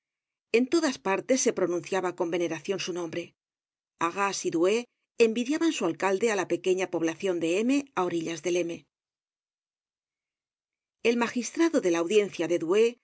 en todas partes se pronunciaba con veneracion su nombre arras y douai envidiaban su alcalde á la pequeña poblacion de m á orillas del m el magistrado de la audiencia de